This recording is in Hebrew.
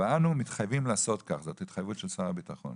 ואנו מתחייבים לעשות כך." זאת התחייבות של שר הביטחון.